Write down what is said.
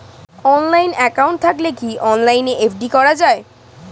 Online account থাকলে কি অনলাইনে এফ.ডি করা যায়?